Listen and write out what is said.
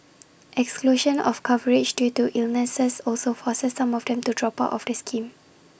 exclusion of coverage due to illnesses also forces some of them to drop out of the scheme